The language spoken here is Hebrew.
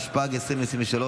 התשפ"ג 2023,